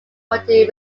mundy